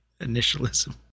initialism